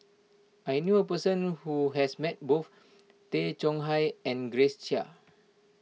I knew a person who has met both Tay Chong Hai and Grace Chia